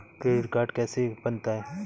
Credit card कैसे बनता है?